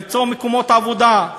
למצוא מקומות עבודה,